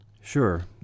Sure